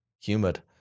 Humid